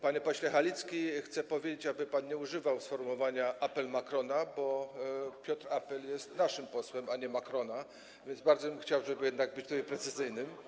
Panie pośle Halicki, chcę powiedzieć, aby pan nie używał sformułowania „apel Macrona”, bo Piotr Apel jest naszym posłem, a nie Macrona, więc bardzo bym chciał, żeby jednak być tutaj precyzyjnym.